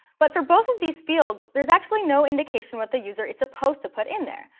but for both of these fields, there's actually no indication what the user is supposed to put in there.